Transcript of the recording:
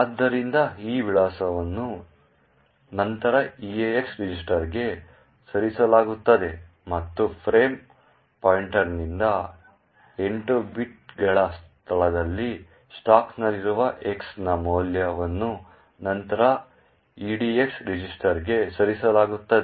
ಆದ್ದರಿಂದ ಈ ವಿಳಾಸವನ್ನು ನಂತರ EAX ರಿಜಿಸ್ಟರ್ಗೆ ಸರಿಸಲಾಗುತ್ತದೆ ಮತ್ತು ಫ್ರೇಮ್ ಪಾಯಿಂಟರ್ನಿಂದ 8 ಬೈಟ್ಗಳ ಸ್ಥಳದಲ್ಲಿ ಸ್ಟಾಕ್ನಲ್ಲಿರುವ X ನ ಮೌಲ್ಯವನ್ನು ನಂತರ EDX ರಿಜಿಸ್ಟರ್ಗೆ ಸರಿಸಲಾಗುತ್ತದೆ